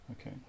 Okay